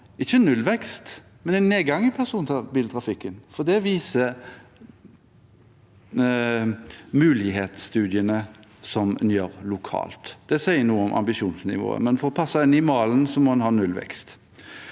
ikke om nullvekst, men om en nedgang i personbiltrafikken. Det viser mulighetsstudiene som gjøres lokalt, og det sier noe om ambisjonsnivået, men for å passe inn i malen, må man ha nullvekst.